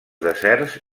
deserts